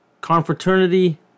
Confraternity